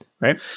right